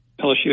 LSU